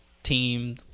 team